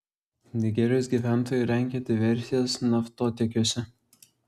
nigerijos gyventojai rengia diversijas naftotiekiuose